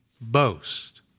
boast